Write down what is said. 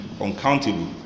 uncountable